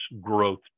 growth